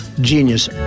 genius